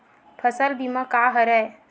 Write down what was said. फसल बीमा का हरय?